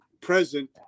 present